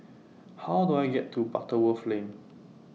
How Do I get to Butterworth Lane